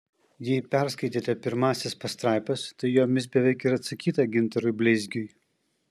jei perskaitėte pirmąsias pastraipas tai jomis beveik ir atsakyta gintarui bleizgiui